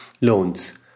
loans